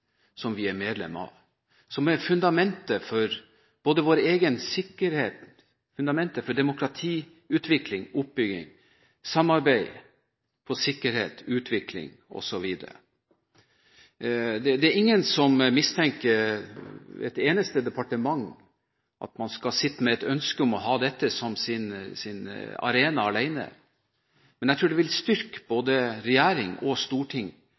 som vi er medlem av, som er fundamentet for vår egen sikkerhet, fundamentet for demokrati, utvikling, oppbygging, for samarbeid om sikkerhet, utvikling osv. Det er ingen som mistenker et eneste departement for å sitte med et ønske om å ha dette som sin arena alene, men jeg tror det vil styrke både regjering og storting